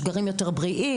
השגרים יותר בריאים,